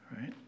right